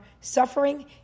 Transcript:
suffering